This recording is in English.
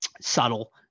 subtle